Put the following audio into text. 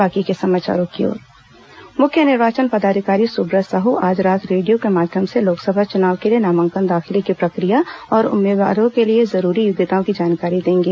बातों बातों में मुख्य निर्वाचन पदाधिकारी सुब्रत साहू आज रात रेडियो के माध्यम से लोकसभा चुनाव के लिए नामांकन दाखिले की प्रक्रिया और उम्मीदवारों के लिए जरूरी योग्यताओं की जानकारी देंगे